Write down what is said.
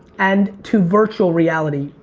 and to virtual reality.